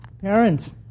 Parents